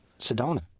Sedona